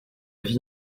vie